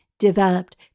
developed